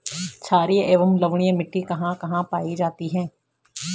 छारीय एवं लवणीय मिट्टी कहां कहां पायी जाती है?